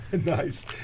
Nice